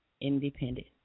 independent